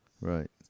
Right